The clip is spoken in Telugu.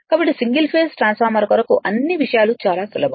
కాబట్టి సింగల్ ఫేస్ ట్రాన్స్ఫార్మర్ కొరకు అన్నీ విషయాలు చాలా సులభం